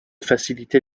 faciliter